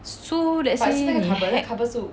so let's 你 hack